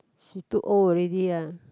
she too old already uh